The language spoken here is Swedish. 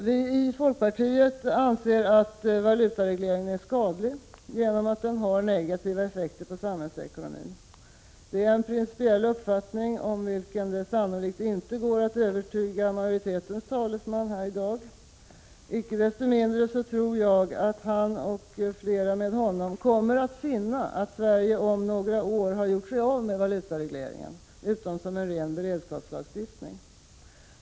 Vi i folkpartiet anser att valutaregleringen är skadlig genom att den har negativa effekter på samhällsekonomin. Detta är en principiell uppfattning, om vilken det sannolikt inte går att övertyga majoritetens talesman här i dag. Icke desto mindre tror jag att han och flera med honom kommer att finna att Sverige om några år har gjort sig av med valutaregleringen, utom som en ren beredskapslagstiftning.